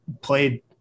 played